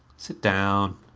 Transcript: sit down.